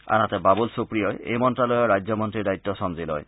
আনহাতে বাবুল সুপ্ৰিয়ই এই মন্ত্যালয়ৰ ৰাজ্য মন্ত্ৰীৰ দায়িত্ব চমজি লয়